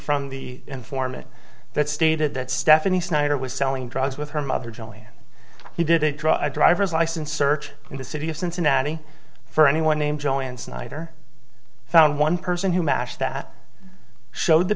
from the informant that stated that stephanie snyder was selling drugs with her mother joy he didn't draw a driver's license search in the city of cincinnati for anyone named joanne snyder found one person who matched that showed the